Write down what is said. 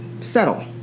Settle